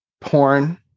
Porn